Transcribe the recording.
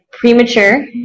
Premature